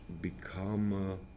become